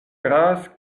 grasses